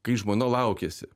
kai žmona laukėsi